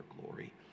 glory